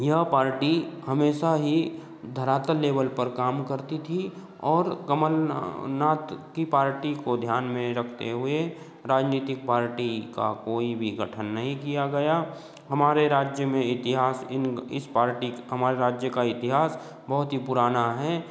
यह पार्टी हमेशा ही धरातल लेबल पर काम करती थी और कमल ना नाथ कि पार्टी को ध्यान में रखते हुए राजनीतिक पार्टी का कोई भी गठन नहीं किया गया हमारे राज्य में इतिहास इन इस पार्टी हमारे राज्य का इतिहास बहुत ही पुराना है